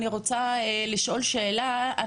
אני רוצה לשאול שאלה.